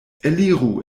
eliru